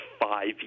five